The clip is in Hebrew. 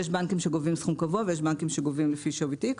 יש בנקים שגובים סכום קבוע ויש בנקים שגובים לפי שווי תיק.